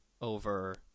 over